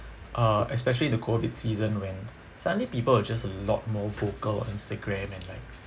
uh especially the COVID season when suddenly people are just a lot more vocal Instagram and like